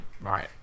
right